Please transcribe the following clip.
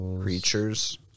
creatures